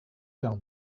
tell